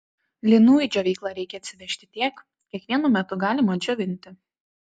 linų į džiovyklą reikia atsivežti tiek kiek vienu metu galima džiovinti